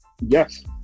Yes